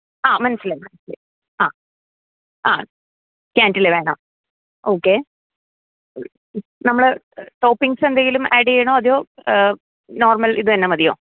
ആ മനസിലായി മനസിലായി ആ ആ ക്യാൻ്റിൽ വേണം ഓക്കെ നമ്മൾ ടോപ്പിങ്സ് എന്തേലും ആഡ് ചെയ്യണോ അതെയോ നോർമൽ ഇത് തന്നെ മതിയോ